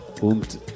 Und